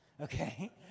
okay